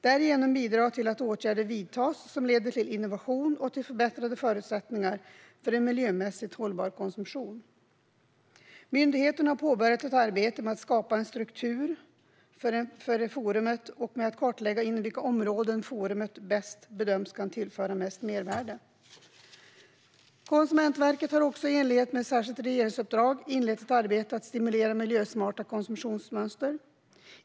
Därigenom bidrar man till att åtgärder vidtas som leder till innovation och till förbättrade förutsättningar för en miljömässigt hållbar konsumtion. Myndigheten har påbörjat ett arbete med att skapa en struktur för forumet och med att kartlägga inom vilka områden forumet bedöms tillföra mest mervärde. Konsumentverket har också i enlighet med ett särskilt regeringsuppdrag inlett ett arbete med att stimulera miljösmarta konsumtionsmönster.